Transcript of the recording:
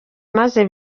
maze